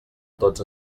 tots